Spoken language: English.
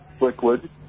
liquid